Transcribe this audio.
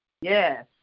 Yes